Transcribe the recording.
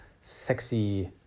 sexy